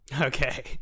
Okay